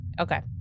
Okay